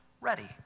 ready